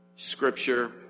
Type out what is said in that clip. Scripture